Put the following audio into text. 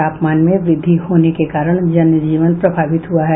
तापमान में वृद्धि होने के कारण जन जीवन प्रभावित हुआ है